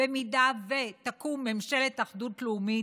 אם ממשלת אחדות לאומית,